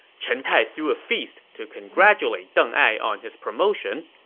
chen tai threw a feast to congratulate deng ai on his promotion.